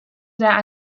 sehr